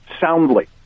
soundly